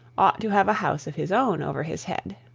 ought to have a house of his own over his head.